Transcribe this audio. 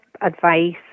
advice